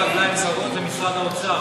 שתמכו וסייעו בקידום הצעת החוק הזאת.